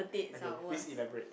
okay please elaborate